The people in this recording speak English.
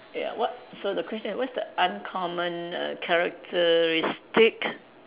ya what so the question what's the uncommon err characteristic